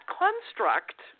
construct